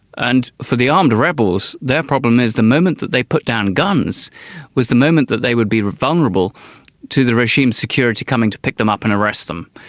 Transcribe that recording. and for the armed rebels, their problem is the moment that they put down guns was the moment that they would be vulnerable to the regime's security coming to pick them up and arrest them.